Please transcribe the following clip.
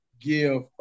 give